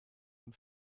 man